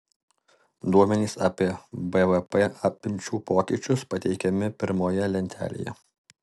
duomenys apie bvp apimčių pokyčius pateikiami pirmoje lentelėje